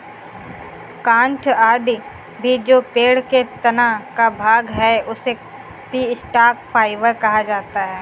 काष्ठ आदि भी जो पेड़ के तना का भाग है, उसे भी स्टॉक फाइवर कहा जाता है